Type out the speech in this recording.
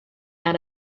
out